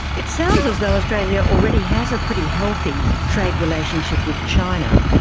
it sounds as though australia already has a pretty healthy trade relationship with china.